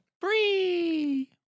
Free